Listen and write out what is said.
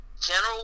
general